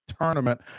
tournament